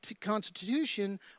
Constitution